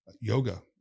yoga